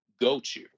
go-to